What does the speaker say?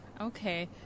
Okay